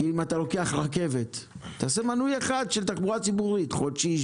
צריך לעשות מנוי אחד של תחבורה ציבורית חודשי,